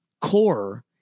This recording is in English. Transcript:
Core